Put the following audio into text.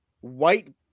white